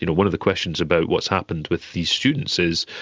you know one of the questions about what's happened with these students is,